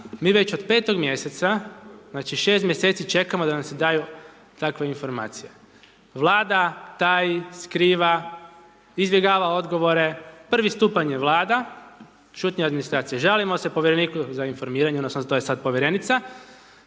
mi već od petog mjeseca, znači 6 mjeseci čekamo da nam se daju takve informacije. Vlada, taji, skriva, izbjegava odgovore, prvi stupanj je Vlada, šutnja administracije, žalimo se povjereniku za informiranje odnosno to je sada povjerenica,